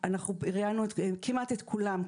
ראיינו כמעט את כולם שם,